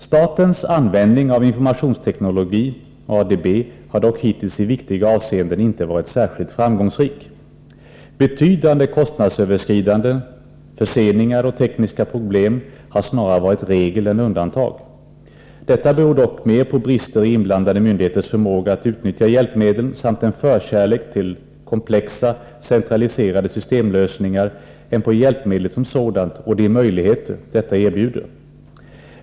: Statens användning av informationsteknologi, ADB, har dock hittills i viktiga avseenden inte varit särskilt framgångsrik. Betydande kostnadsöverskridanden, förseningar och tekniska problem har snarare varit regel än undantag. Detta beror dock mer på brister i inblandade myndigheters förmåga att utnyttja hjälpmedlen samt en förkärlek till komplexa, centraliserade systemlösningar, än på hjälpmedlet som sådant och de möjligheter detta erbjuder.